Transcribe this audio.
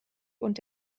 und